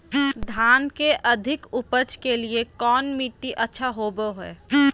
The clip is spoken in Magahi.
धान के अधिक उपज के लिऐ कौन मट्टी अच्छा होबो है?